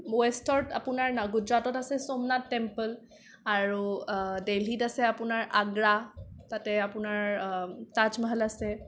ৱেষ্টত আপোনাৰ গুজৰাটত আছে সোমনাথ টেম্প'ল আৰু দিল্লীত আছে আপোনাৰ আগ্ৰা তাতে আপোনাৰ তাজমহল আছে